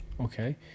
okay